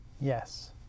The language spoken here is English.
Yes